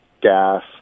gas